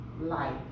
life